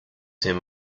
him